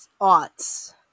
aughts